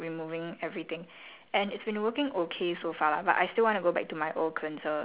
and because the cetaphil removes light make up right so I just use that lor for like removing everything